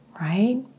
right